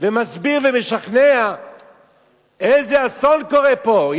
ומסביר ומשכנע איזה אסון קורה פה,